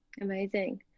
amazing